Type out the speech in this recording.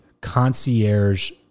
concierge